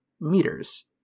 meters